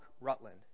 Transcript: Rutland